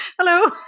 hello